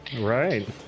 Right